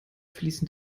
fließen